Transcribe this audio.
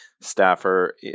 staffer